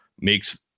makes